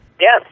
Yes